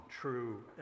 true